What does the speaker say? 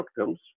outcomes